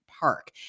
park